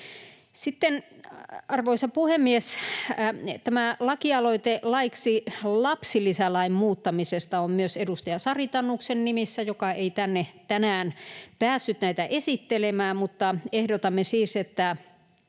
Sitten, arvoisa puhemies, myös tämä lakialoite laiksi lapsilisälain muuttamisesta on edustaja Sari Tanuksen nimissä, joka ei tänne tänään päässyt näitä esittelemään. Ehdotamme siis, että